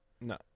No